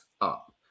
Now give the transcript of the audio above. up